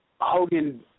Hogan